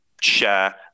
Share